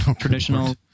traditional